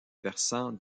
versant